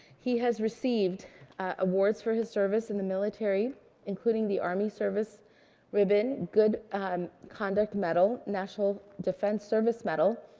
he has received awards for his service in the military including the army service ribbon, good conduct medal, national defense service medal,